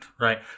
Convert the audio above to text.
right